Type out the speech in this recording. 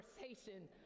conversation